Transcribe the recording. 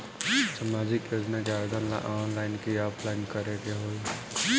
सामाजिक योजना के आवेदन ला ऑनलाइन कि ऑफलाइन करे के होई?